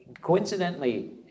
Coincidentally